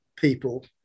people